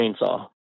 chainsaw